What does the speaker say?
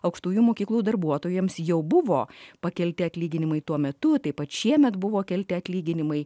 aukštųjų mokyklų darbuotojams jau buvo pakelti atlyginimai tuo metu taip pat šiemet buvo kelti atlyginimai